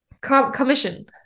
commission